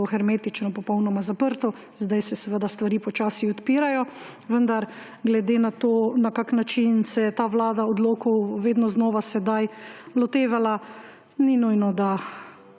to hermetično popolnoma zaprto, zdaj se seveda stvari počasi odpirajo, vendar glede na to, na kak način se je ta vlada odlokov vedno znova sedaj lotevala, ni nujno, da